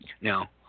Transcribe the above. now